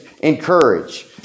encourage